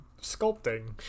sculpting